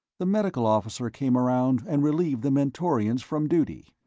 the medical officer came around and relieved the mentorians from duty.